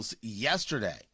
yesterday